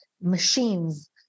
machines